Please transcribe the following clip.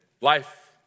Life